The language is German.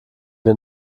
wir